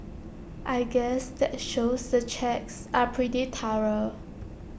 I guess that shows the checks are pretty thorough